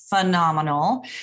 phenomenal